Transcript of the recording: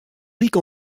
ryk